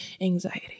anxiety